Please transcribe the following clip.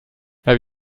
have